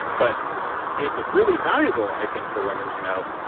but it's really valuable i think for women to know,